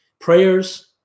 Prayers